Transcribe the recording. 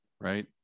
right